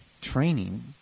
training